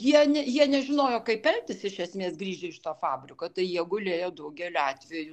jie ne jie nežinojo kaip elgtis iš esmės grįžę iš to fabriko tai jie gulėjo daugeliu atvejų